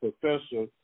Professor